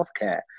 healthcare